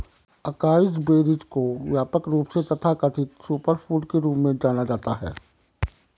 acai berries को व्यापक रूप से तथाकथित सुपरफूड के रूप में जाना जाता है